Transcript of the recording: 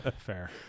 Fair